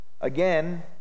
Again